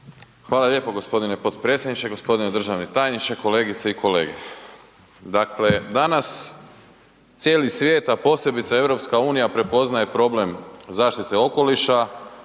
Hvala lijepo g. potpredsjedniče, g. državni tajniče, kolegice i kolege. Dakle danas cijeli svijet a posebice EU prepoznaje problem zaštite okoliša,